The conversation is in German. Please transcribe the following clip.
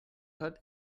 hat